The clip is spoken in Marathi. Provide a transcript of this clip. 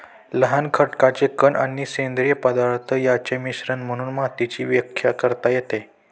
लहान खडकाचे कण आणि सेंद्रिय पदार्थ यांचे मिश्रण म्हणून मातीची व्याख्या करता येते